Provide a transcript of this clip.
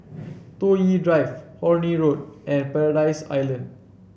Toh Yi Drive Horne Road and Paradise Island